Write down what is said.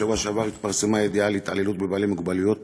בשבוע שעבר התפרסמה ידיעה על התעללות בבעלי מוגבלויות